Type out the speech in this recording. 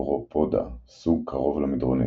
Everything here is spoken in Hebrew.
Habropoda – סוג קרוב למדרונית.